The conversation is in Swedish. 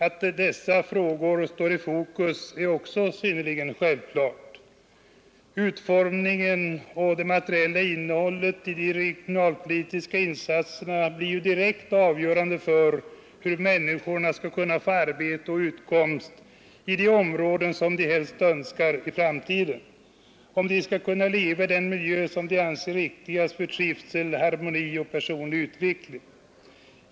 Att dessa frågor står i fokus är också synnerligen självklart. Utformningen av och det materiella innehållet i de regionalpolitiska insatserna blir ju direkt avgörande för hur människorna i framtiden skall kunna få arbete och utkomst i de områden de helst önskar och om de skall kunna få leva i den miljö som de anser viktigast för trivsel, harmoni och personlig utveckling.